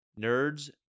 Nerd's